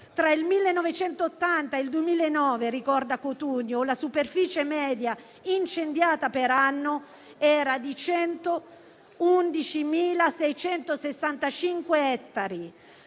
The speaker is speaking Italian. Tra il 1980 e il 2009 - ricorda Cotugno - la superficie media incendiata per anno era di 111.665 ettari.